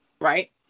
Right